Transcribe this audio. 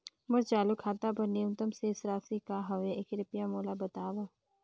मोर चालू खाता बर न्यूनतम शेष राशि का हवे, कृपया मोला बतावव